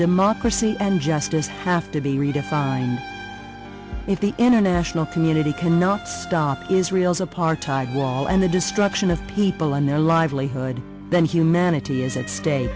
democracy and justice have to be redefined if the international community cannot stop israel's apartheid wall and the destruction of people on their livelihood then humanity is at stake